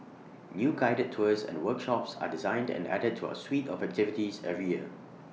new guided tours and workshops are designed and added to our suite of activities every year